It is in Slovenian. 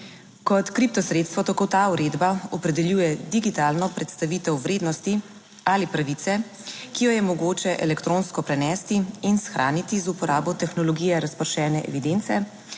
Kot kripto sredstvo tako ta uredba opredeljuje digitalno predstavitev vrednosti ali pravice, ki jo je mogoče elektronsko prenesti in shraniti z uporabo tehnologije razpršene evidence